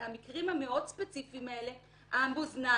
על המקרים המאוד ספציפיים האלה המאזניים,